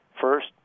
First